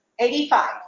85